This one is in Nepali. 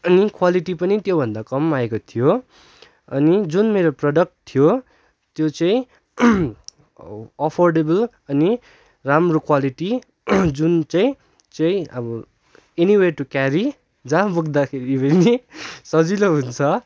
अनि क्वालिटी पनि त्यो भन्दा कम आएको थियो अनि जुन मेरो प्रडक्ट थियो त्यो चाहिँ अफर्डेबल अनि राम्रो क्वालिटी जुन चाहिँ चाहिँ अब एनिवे टु क्यारी जहाँ बोक्दाखेरि पनि सजिलो हुन्छ